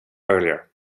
earlier